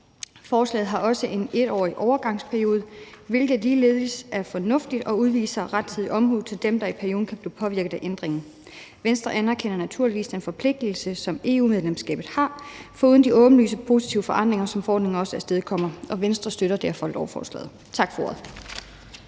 Forslaget har også en 1-årig overgangsperiode, hvilket ligeledes er fornuftigt og er udtryk for rettidig omhu i forhold til dem, der i perioden kan blive påvirket af ændringen. Venstre anerkender naturligvis den forpligtelse, som EU-medlemskabet giver, foruden de åbenlyse positive forandringer, som forordningen også afstedkommer. Og Venstre støtter derfor lovforslaget. Tak for